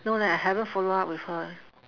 no leh I haven't follow up with her eh